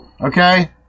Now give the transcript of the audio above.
Okay